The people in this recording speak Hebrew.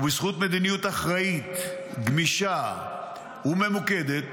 ובזכות מדיניות אחראית, גמישה וממוקדת